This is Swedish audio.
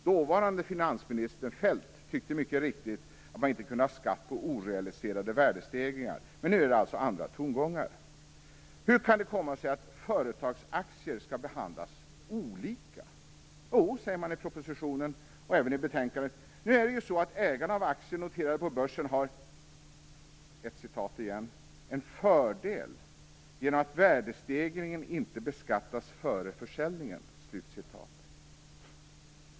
Dåvarande finansminister Feldt tyckte mycket riktigt att man inte kunde ha skatt på orealiserade värdestegringar. Men nu är det alltså andra tongångar. Hur kan det komma sig att företagsaktier skall behandlas olika? Jo, säger man i propositionen och även i betänkandet, det är ju så att ägare till aktier noterade på börsen har "en fördel genom att värdestegringen inte beskattas före försäljningen".